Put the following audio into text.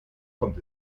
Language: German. kommt